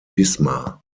wismar